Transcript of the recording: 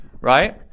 right